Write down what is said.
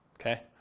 okay